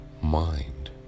mind